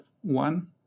one